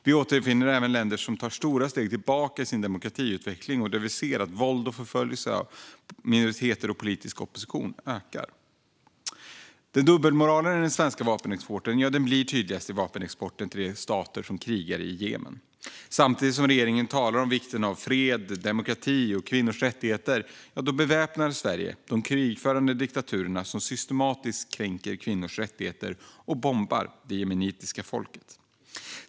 Vi återfinner även länder som tar stora steg tillbaka i sin demokratiutveckling och där vi ser att våld och förföljelse av minoriteter och politisk opposition ökar. Dubbelmoralen i den svenska vapenexporten blir tydligast i vapenexporten till de stater som krigar i Jemen. Samtidigt som regeringen talar om vikten av fred, demokrati och kvinnors rättigheter beväpnar Sverige de krigförande diktaturerna som systematiskt kränker kvinnors rättigheter och bombar det jemenitiska folket.